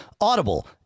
Audible